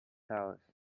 house